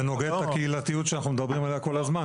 זה נוגד את הקהילתיות שאנחנו מדברים עליה כל הזמן.